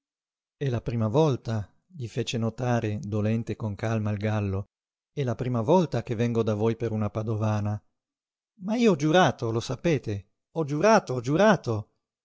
è la prima volta gli fece notare dolente e con calma il gallo è la prima volta che vengo da voi per una padovana ma io ho giurato lo sapete ho giurato ho giurato